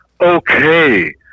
Okay